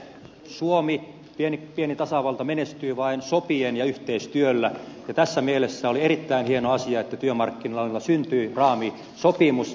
suomi pieni tasavalta menestyy vain sopien ja yhteistyöllä ja tässä mielessä oli erittäin hieno asia että työmarkkinoilla syntyi raamisopimus